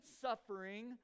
suffering